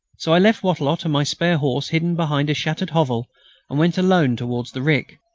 so i left wattrelot and my spare horse hidden behind a shattered hovel and went alone towards the rick.